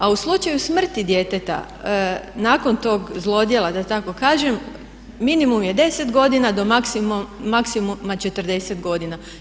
A u slučaju smrti djeteta nakon tog zlodjela da tako kažem minimum je deset godina do maksimuma 40 godina.